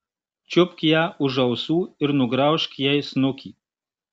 čiupk ją už ausų ir nugraužk jai snukį